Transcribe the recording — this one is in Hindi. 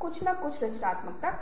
कोल्ड ड्रिंक है